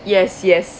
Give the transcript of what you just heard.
yes yes